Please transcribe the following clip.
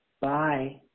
Bye